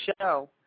show